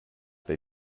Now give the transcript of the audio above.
they